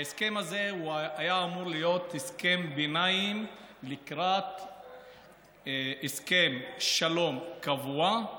ההסכם הזה היה אמור להיות הסכם ביניים לקראת הסכם שלום קבוע,